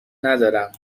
ندارم